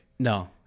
No